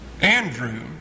Andrew